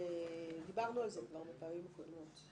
דיברנו על כך כבר בפעמים הקודמות.